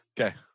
Okay